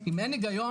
אם אין היגיון,